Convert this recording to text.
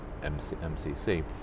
MCC